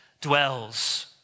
dwells